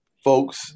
Folks